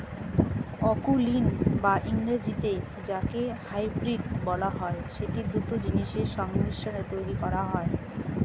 অকুলীন বা ইংরেজিতে যাকে হাইব্রিড বলা হয়, সেটি দুটো জিনিসের সংমিশ্রণে তৈরী করা হয়